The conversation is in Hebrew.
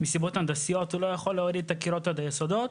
מסיבות הנדסיות הוא לא יכול להוריד את הקירות עד היסודות,